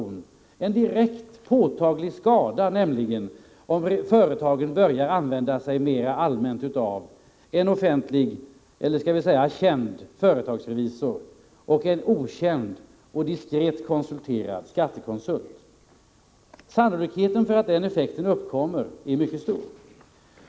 Det kan handla om en direkt och påtaglig skada, nämligen om företagen mera allmänt börjar använda sig av en offentlig eller känd företagsrevisor och en okänd och diskret konsulterad skattekonsult. Sannolikheten för att den effekten uppkommer är mycket stor.